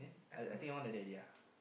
I I think your one like that already ah